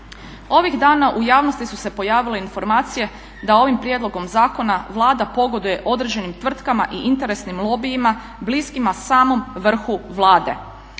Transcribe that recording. Ovih dana u javnosti su se pojavile informacije da ovim prijedlogom zakona Vlada pogoduje određenim tvrtkama i interesnim lobijima bliskima samom vrhu Vlade.